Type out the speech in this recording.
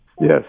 Yes